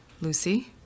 Lucy